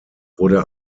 wurde